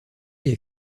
est